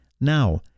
Now